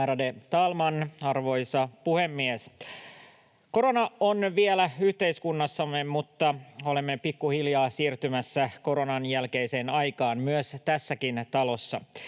arvoisa puhemies! Korona on vielä yhteiskunnassamme, mutta olemme pikkuhiljaa siirtymässä koronan jälkeiseen aikaan myös tässäkin talossa.